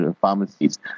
pharmacies